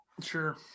Sure